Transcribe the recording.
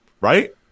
right